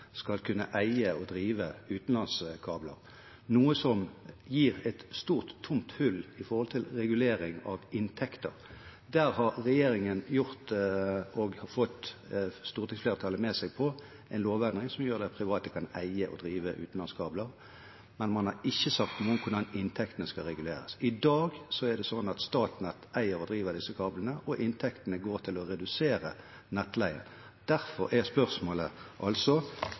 skal kunne eie og drive utenlandskabler, noe som gir et stort, tomt hull med hensyn til regulering av inntekter. Der har regjeringen gjort – og fått stortingsflertallet med seg på – en lovendring som medfører at private kan eie og drive utenlandskabler, men man har ikke sagt noe om hvordan inntektene skal reguleres. I dag eier og driver Statnett disse kablene, og inntektene går til å redusere nettleien. Derfor er spørsmålet: